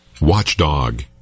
Watchdog